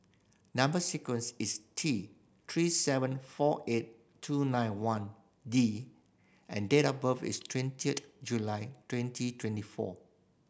number sequence is T Three seven four eight two nine one D and date of birth is twentieth July twenty twenty four